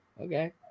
okay